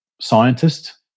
scientist